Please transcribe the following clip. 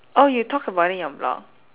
oh you talk about it in your blog